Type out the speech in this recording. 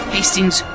Hastings